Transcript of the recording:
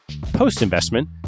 Post-investment